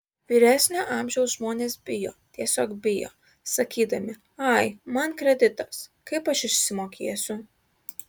vyresnio amžiaus žmonės bijo tiesiog bijo sakydami ai man kreditas kaip aš išsimokėsiu